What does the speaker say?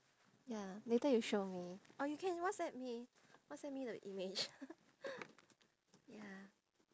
ya later you show me or you can whatsapp me whatsapp me the image ya